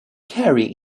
carry